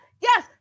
yes